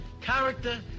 Character